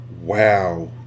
Wow